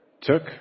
took